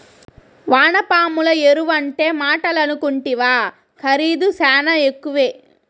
వానపాముల ఎరువంటే మాటలనుకుంటివా ఖరీదు శానా ఎక్కువే